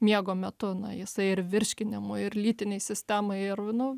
miego metu na jisai ir virškinimui ir lytinei sistemai ir nu